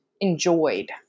enjoyed